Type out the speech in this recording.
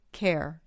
care